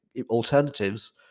alternatives